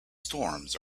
storms